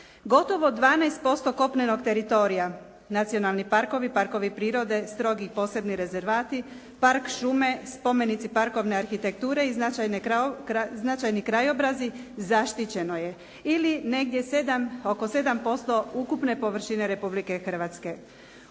Gotovo 12% kopnenog teritorija nacionalni parkovi, parkovi prirode, strogi posebni rezervati, park šume, spomenici parkovne arhitekture i značajni krajobrazi, zaštićeno je. Ili negdje oko 7% ukupne površine Republike Hrvatske.